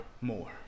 more